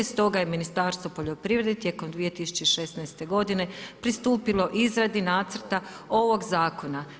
Stoga je Ministarstvo poljoprivrede tijekom 2016. godine pristupilo izradi Nacrta ovoga Zakona.